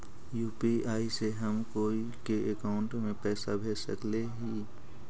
UPI से हम कोई के अकाउंट में पैसा भेज सकली ही?